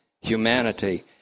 humanity